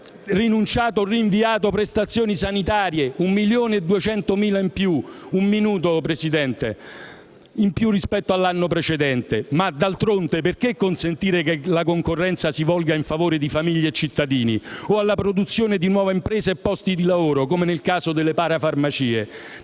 hanno rinunciato o rinviato prestazioni sanitarie (1,2 milioni in più rispetto all'anno precedente). Ma, d'altronde, perché consentire che la concorrenza si volga in favore di famiglie e cittadini, o alla produzione di nuova impresa e posti di lavoro, come nel caso delle parafarmacie?